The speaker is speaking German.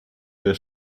der